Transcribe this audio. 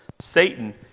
Satan